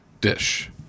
dish